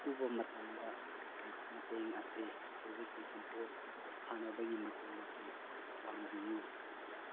ꯑꯊꯨꯕ ꯃꯇꯝꯗ ꯃꯇꯦꯡ ꯑꯁꯤ ꯍꯧꯖꯤꯛꯀꯤ ꯀꯞꯄꯣꯁ ꯁꯥꯟꯅꯕꯒꯤ ꯃꯇꯦꯡꯅ ꯑꯁꯤ ꯄꯥꯡꯕꯤꯌꯨ